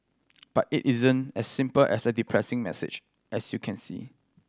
but it isn't as simple as a depressing message as you can see